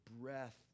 breath